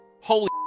Holy